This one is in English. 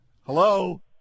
Hello